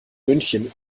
münchen